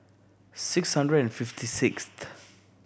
six hundred and fifty sixth